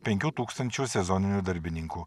penkių tūkstančių sezoninių darbininkų